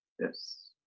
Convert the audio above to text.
Yes